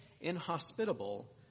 inhospitable